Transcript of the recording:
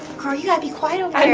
girl you gotta be quiet over there.